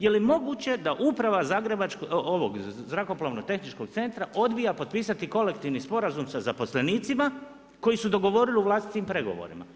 Je li moguće da uprava Zrakoplovnog tehničkog centra odbija potpisati kolektivni sporazum sa zaposlenicima, koji su dogovorili u vlastitim pregovorima.